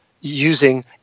using